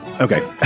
Okay